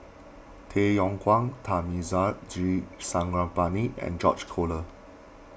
Tay Yong Kwang Thamizhavel G Sarangapani and George Collyer